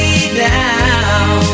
down